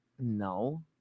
No